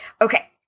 Okay